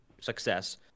success